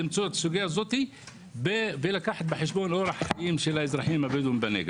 למצות את הסוגיה ולקחת בחשבון את אורח החיים של האזרחים הבדואים בנגב.